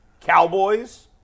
Cowboys